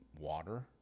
water